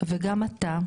לא צריך לטשטש אותן,